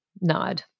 Nod